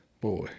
Boy